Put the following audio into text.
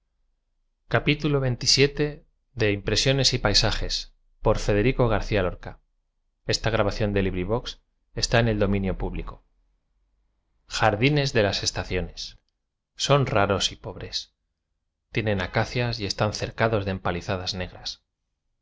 la lluvia de caer son raros y pobres tienen acacias y están cercados de empalizadas negras